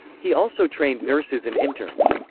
he also trained nurses and interns.